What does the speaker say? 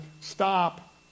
stop